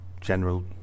general